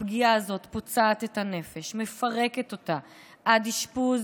הפגיעה הזאת "פוצעת את הנפש, מפרקת אותה עד אשפוז